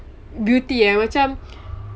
beauty eh macam